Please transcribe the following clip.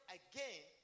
again